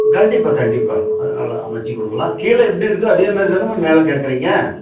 கண்டிப்பாக கண்டிப்பாக அது நல்லா அமைச்சு கொடுக்கலாம் கீழே எப்படி இருக்கோ அதேமாதிரி தானம்மா மேலே கேட்குறீங்க